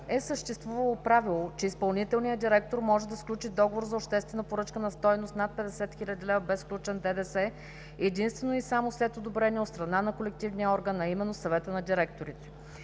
е съществувало правило, че изпълнителният директор може да сключи договор за обществена поръчка на стойност над 50 хил. лв. без включен ДДС единствено и само след одобрение от страна на колективния орган, а именно Съвета на директорите.